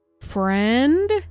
Friend